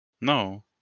No